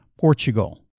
Portugal